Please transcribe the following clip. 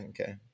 okay